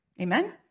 Amen